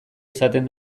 izaten